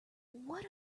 what